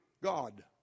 God